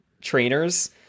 trainers